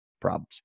problems